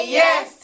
yes